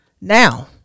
now